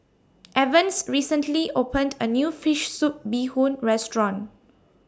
Evans recently opened A New Fish Soup Bee Hoon Restaurant